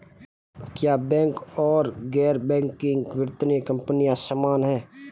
क्या बैंक और गैर बैंकिंग वित्तीय कंपनियां समान हैं?